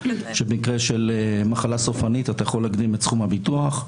שבמקרה של מחלה סופנית אתה יכול --- את סכום הביטוח.